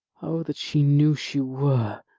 o, that she knew she were